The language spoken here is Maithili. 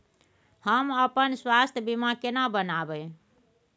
हम अपन स्वास्थ बीमा केना बनाबै?